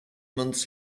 months